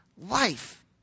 Life